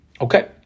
Okay